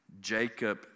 Jacob